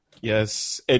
Yes